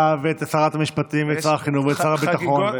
ואת שרת המשפטים ואת שר החינוך ואת שר הביטחון?